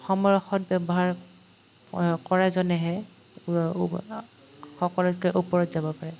সময়ৰ সদব্যৱহাৰ কৰাজনেহে সকলোতকৈ ওপৰত যাব পাৰে